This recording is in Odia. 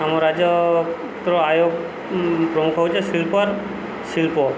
ଆମ ରାଜ୍ୟ ଆୟ ପ୍ରମୁଖ ହେଉଛି ଶିଳ୍ପର ଶିଳ୍ପ